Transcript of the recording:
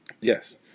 yes